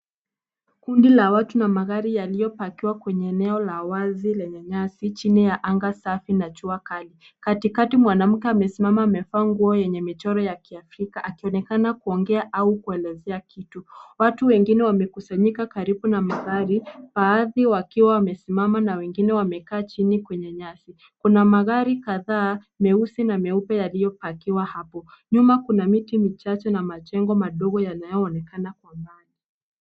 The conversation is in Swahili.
Kundi la watu na magari yaliyopakiwa kwenye eneo la wazi lenye nyasi chini ya anga safi na jua kali. Katikati mwanamke amesimama amevaa nguo yenye michoro ya kiafrika akionekana kuongea au kuelezea kitu. Watu wengine wamekusanyika karibu na magari, baadhi wakiwa wamesimama na wengine wamekaa chini kwenye nyasi. Kuna magari kadhaa meusi na meupe yaliyopakiwa hapo. Nyuma kuna miti michache na majengo madogo yanayoonekana kwa mbali.